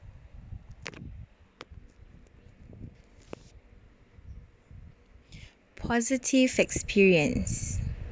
positive experience